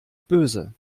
böse